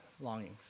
longings